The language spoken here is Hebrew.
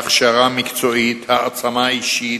הכשרה מקצועית, העצמה אישית,